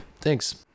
thanks